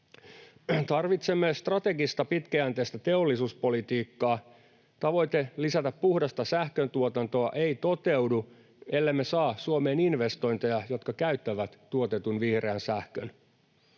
Tarvitsemme strategista, pitkäjänteistä teollisuuspolitiikkaa. Tavoite lisätä puhdasta sähköntuotantoa ei toteudu, ellemme saa Suomeen investointeja, jotka käyttävät tuotetun vihreän sähkön.